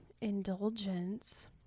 indulgence